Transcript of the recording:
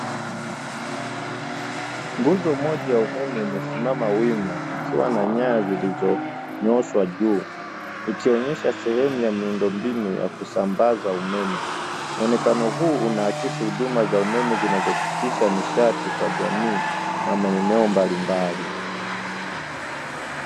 Nguzo moja ya umeme imesimama wima, ikiwa na nyaya zilizonyooshwa juu. Ikionyesha sehemu ya miundombinu ya kusambaza umeme, muonekano huu unaakisi huduma za umeme zinazofikisha nishati kwa jamii na maeneo mbalimbali.